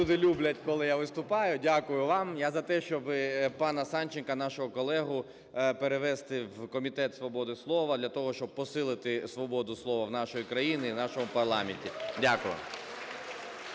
люди люблять, коли я виступаю, дякую вам. Я за те, щоб пана Санченка, нашого колегу, перевести в Комітет свободи слова для того, щоб посилити свободу слова в нашій країні і у нашому парламенті. Дякую.